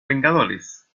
vengadores